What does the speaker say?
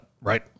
right